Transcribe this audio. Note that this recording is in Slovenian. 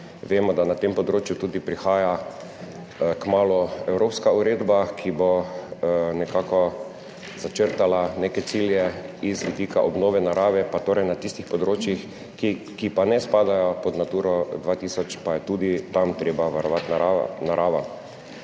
Vemo da na tem področju tudi prihaja kmalu evropska uredba, ki bo nekako začrtala neke cilje iz vidika obnove narave, pa torej na tistih področjih, ki pa ne spadajo pod Naturo 2000, pa je tudi tam treba varovati naravo.